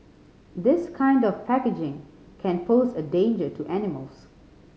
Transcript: this kind of packaging can pose a danger to animals